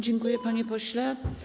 Dziękuję, panie pośle.